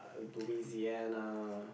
Lousiana